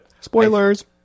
Spoilers